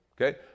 okay